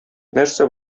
нәрсә